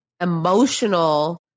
emotional